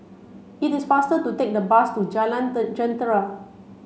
it is faster to take the bus to Jalan Jentera